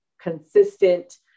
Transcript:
consistent